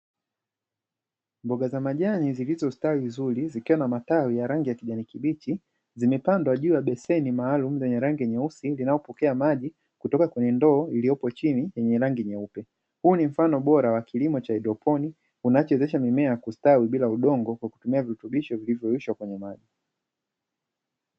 Mboga za majani zilizostawi vizuri zikiwa na matawi za rangi ya kijani kibichi, zimepandwa juu ya beseni maalumu la rangi nyeusi linalopokea maji kutoka kwenye ndoo iliyopo chini yenye rangi nyeupe. Huu ni mfano bpra wa kilimo cha haidroponiki kinacho wezesha mimea kustawi bila udongo kwa kutumia virutubisho vilivyo yeyushwa kwenye maji.